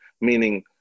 Meaning